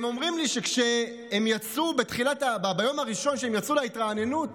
הם אומרים לי שביום הראשון, כשהם יצאו להתרעננות